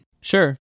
Sure